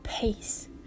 peace